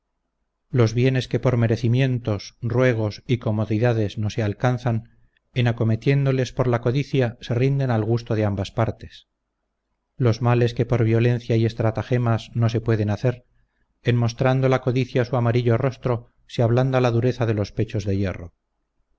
los bienes que por merecimientos ruegos y comodidades no se alcanzan en acometiéndoles por la codicia se rinden al gusto de ambas partes los males que por violencia y estratagemas no se pueden hacer en mostrando la codicia su amarillo rostro se ablanda la dureza de los pechos de hierro